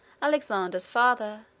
alexander's father,